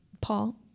Paul